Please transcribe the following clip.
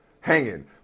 hanging